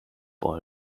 all